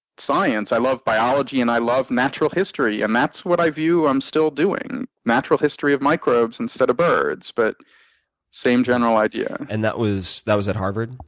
science. i love biology and i love natural history. and that's what i view i'm still doing, natural history of microbes instead of birds. but same general idea. and and that was that was at harvard?